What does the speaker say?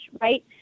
right